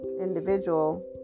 individual